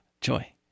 joy